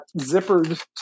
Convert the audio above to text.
zippered